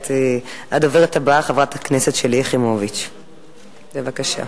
הדוברת הבאה, חברת הכנסת שלי יחימוביץ, בבקשה.